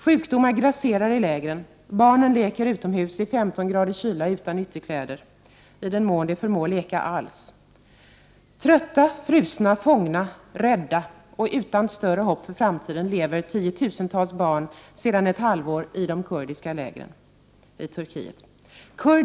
Sjukdomar grasserar i lägren, barnen leker utomhus i 15-gradig kyla utan ytterkläder, i den mån de förmår leka alls. Trötta, frusna, fångna, rädda och utan större hopp för framtiden lever tiotusentals barn sedan ett halvår i de turkiska lägren. Kurder är inte särskilt välkomna.